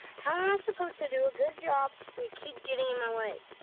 ah i supposed to do a good job when you keep getting in my way?